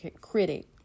critic